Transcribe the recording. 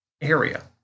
area